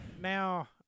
now